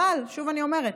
אבל שוב אני אומרת: